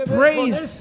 praise